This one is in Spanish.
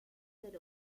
del